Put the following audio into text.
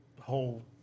whole